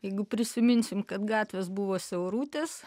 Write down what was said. jeigu prisiminsim kad gatvės buvo siaurutės